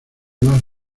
más